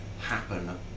happen